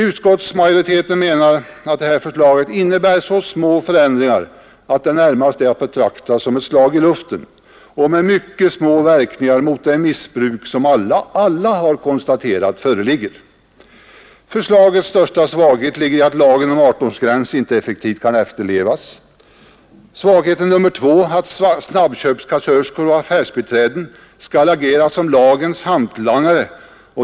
Utskottsmajoriteten menar att detta förslag innebär så små förändringar att det närmast är att betrakta som ett slag i luften och med mycket små verkningar mot det missbruk som alla har konstaterat föreligger. Förslagets största svaghet ligger i att lagen om 18-årsgräns inte effektivt kan efterlevas. Svagheten nr 2 är att snabbköpskassörskor och affärsbiträden skall agera som lagens hantlangare.